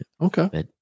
okay